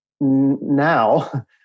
now